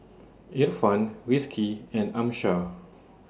Irfan Rizqi and Amsyar